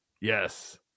yes